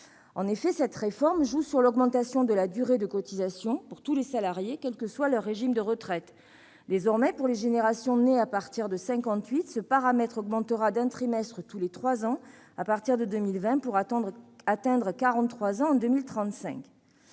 De fait, cette réforme joue sur l'augmentation de la durée de cotisation pour tous les salariés, quel que soit leur régime : désormais, pour les générations nées à partir de 1958, ce paramètre augmentera d'un trimestre tous les trois ans à partir de 2020, pour atteindre quarante-trois